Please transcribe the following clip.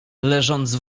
leżąc